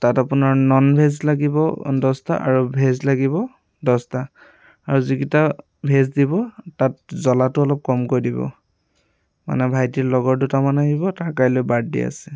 তাত আপোনাৰ ননভেজ লাগিব দহটা আৰু ভেজ লাগিব দহটা আৰু যিকেইটা ভেজ দিব তাত জ্বলাটো অলপ কমকৈ দিব মানে ভাইটিৰ লগৰ দুটামান আহিব তাৰ কাইলৈ বাৰ্থডে আছে